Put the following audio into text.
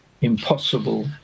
impossible